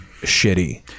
shitty